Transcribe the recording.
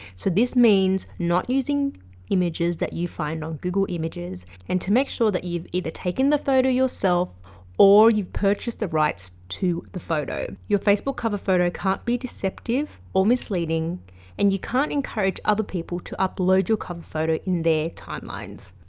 so this means not using images that you find on google images and to make sure that you've either taken the photo yourself or you've purchased the rights to the photo. your facebook cover photo can't be deceptive or misleading and you can't encourage other people to upload your cover photo in their timelines.